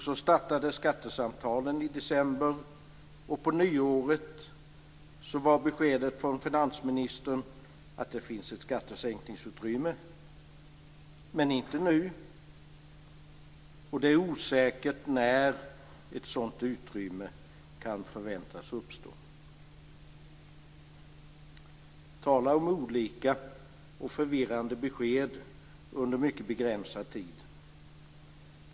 Så startade skattesamtalen i december, och på nyåret var beskedet från finansministern att det finns ett skattesänkningsutrymme - men inte nu, och det är osäkert när ett sådant utrymme kan förväntas uppstå. Tala om olika och förvirrande besked under mycket begränsad tid!